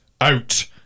out